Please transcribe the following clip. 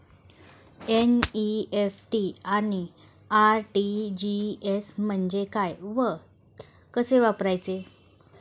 NEFT आणि RTGS म्हणजे काय व कसे वापरायचे?